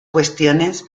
cuestiones